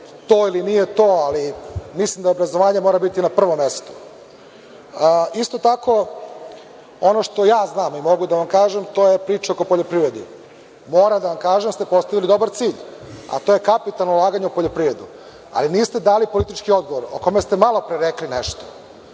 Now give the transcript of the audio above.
to ili nije to, ali mislim da obrazovanje mora biti na prvom mestu. Isto tako, ono što ja znam i mogu da vam kažem, to je priča o poljoprivredi. Moram da vam kažem da ste postavili dobar cilj, a to je kapitalno ulaganje u poljoprivredu, ali niste dali politički odgovor o kome ste malopre rekli nešto.